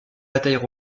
batailles